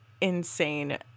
insane